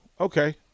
okay